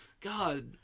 God